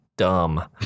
dumb